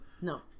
No